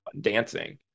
Dancing